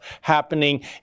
happening